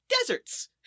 deserts